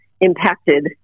impacted